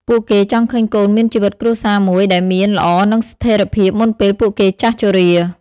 ពួកគេចង់ឃើញកូនមានជីវិតគ្រួសារមួយដែលមានល្អនឹងស្ថិរភាពមុនពេលពួកគេចាស់ជរា ។